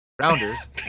Rounders